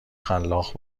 خلاق